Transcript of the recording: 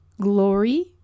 glory